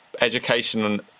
education